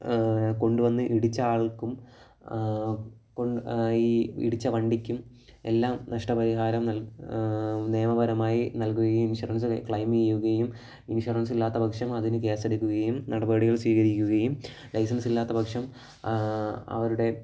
കൊണ്ടുവന്ന് ഇടിച്ച ആൾക്കും ഈ ഇടിച്ച വണ്ടിക്കും എല്ലാം നഷ്ടപരിഹാരം നിയമപരമായി നൽകുകയും ഇൻഷുറൻസ് ക്ലെമെയ്യുകയും ഇൻഷുറൻസ് ഇല്ലാത്തപക്ഷം അതിന് കേസെടുക്കുകയും നടപടികൾ സ്വീകരിക്കുകയും ലൈസൻസ് ഇല്ലാത്ത പക്ഷം അവരുടെ